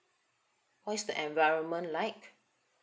what's the environment like